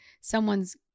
someone's